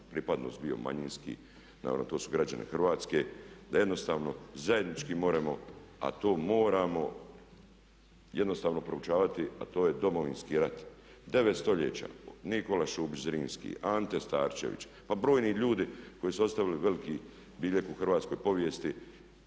pripadnost bio manjinski, naravno to su građani Hrvatske. Da jednostavno zajednički moramo, a to moramo jednostavno proučavati a to je Domovinski rat. 9 stoljeća Nikola Šubić Zrinski, Ante Starčević pa brojni ljudi koji su ostavili veliki biljeg u hrvatskoj povijesti